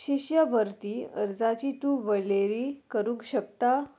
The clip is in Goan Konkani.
शिश्यवृत्ती अर्जाची तूं वळेरी करूंक शकता